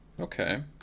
Okay